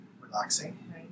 relaxing